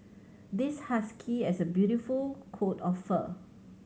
this husky as a beautiful coat of fur